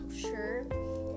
sure